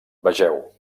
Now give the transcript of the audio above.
vegeu